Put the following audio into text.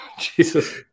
Jesus